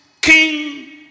King